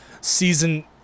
season